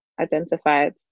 identified